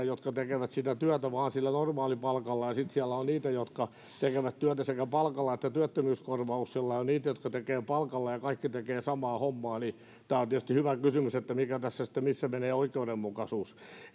jotka tekevät sitä työtä vain sillä normaalipalkalla ja sitten siellä on niitä jotka tekevät työtä sekä palkalla että työttömyyskorvauksella ja on niitä jotka tekevät palkalla ja kaikki tekevät samaa hommaa tämä on tietysti hyvä kysymys missä tässä menee oikeudenmukaisuus